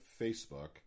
Facebook